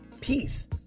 peace